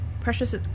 precious